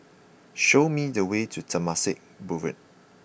show me the way to Temasek Boulevard